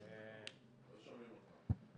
לא שומעים אותך.